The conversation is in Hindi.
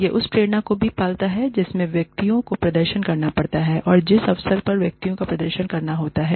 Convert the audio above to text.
यह उस प्रेरणा को भी पालता है जिससे व्यक्तियों को प्रदर्शन करना पड़ता है और जिस अवसर पर व्यक्तियों को प्रदर्शन करना होता है